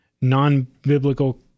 non-biblical